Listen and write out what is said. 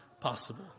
possible